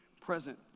present